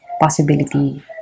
possibility